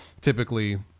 typically